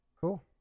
cool